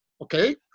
okay